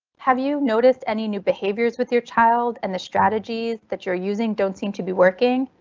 have you noticed any new behaviors with your child and the strategies that you're using don't seem to be working?